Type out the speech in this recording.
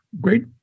great